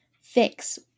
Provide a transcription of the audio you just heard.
fix